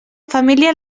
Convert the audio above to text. família